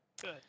Good